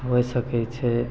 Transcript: होइ सकै छै